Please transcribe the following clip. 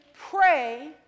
pray